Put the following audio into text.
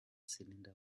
cylinder